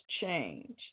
change